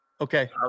Okay